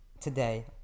today